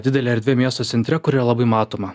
didelė erdvė miesto centre kurioje labai matoma